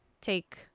take